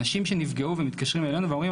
אנשים שנפגעו ומתקשרים אלינו ואומרים,